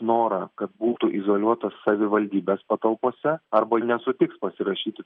norą kad būtų izoliuotas savivaldybės patalpose arba nesutiks pasirašyti